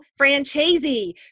Franchese